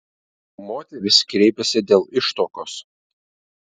moteris kreipėsi dėl ištuokos